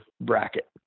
bracket